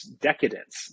decadence